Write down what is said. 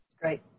Great